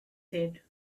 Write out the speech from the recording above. said